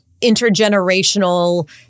intergenerational